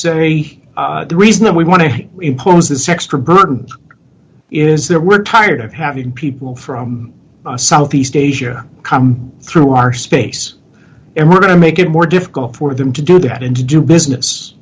say the reason that we want to impose this extra burden is that we're tired of having people from southeast asia come through our space and we're going to make it more difficult for them to do that and to do business